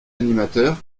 animateur